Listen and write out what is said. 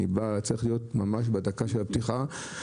צריך להיות ממש בדקת הפתיחה.